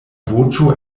voĉo